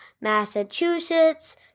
Massachusetts